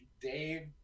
Dave